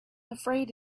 afraid